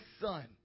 son